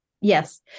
Yes